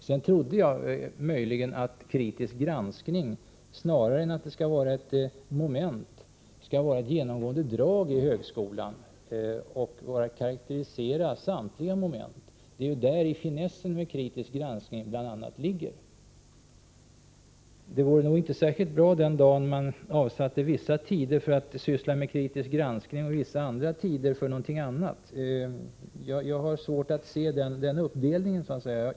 Jag trodde att kritisk granskning snarare än att vara ett moment skall vara ett genomgående drag i högskolan och karakterisera samtliga moment. Det är ju bl.a. däri finessen med kritisk granskning ligger. Det vore nog inte särskilt bra om man avsatte vissa tider för kritisk granskning och vissa andra tider för någonting annat. Jag har svårt att se det riktiga i att göra den uppdelningen.